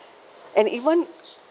and even